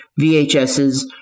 VHSs